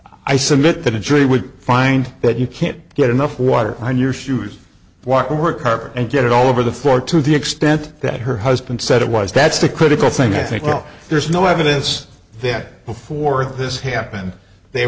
i submit that a jury would find that you can't get enough water on your shoes walk to work hard and get it all over the floor to the extent that her husband said it was that's the critical thing they think well there's no evidence that before this happened they